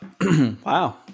Wow